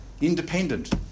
Independent